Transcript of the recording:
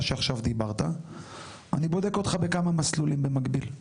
שעכשיו דיברת אני בודק אותך בכמה מסלולים במקביל.